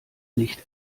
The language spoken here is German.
nicht